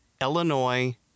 Illinois